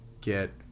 get